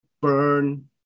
burn